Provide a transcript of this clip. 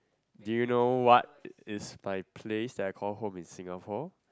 do you know what is my place that I call home in Singapore